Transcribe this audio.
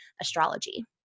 Astrology